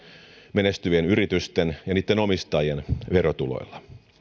menestyvien yritysten ja niitten omistajien verotuloilla